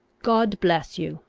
god bless you!